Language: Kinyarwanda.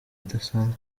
idasanzwe